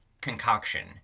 concoction